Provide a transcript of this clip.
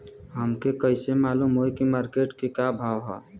हमके कइसे मालूम होई की मार्केट के का भाव ह?